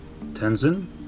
Tenzin